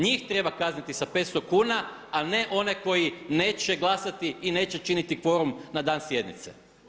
Njih treba kazniti sa 500 kuna a ne one koji neće glasati i neće činiti kvorum na dan sjednice.